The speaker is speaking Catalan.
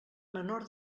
menor